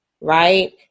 right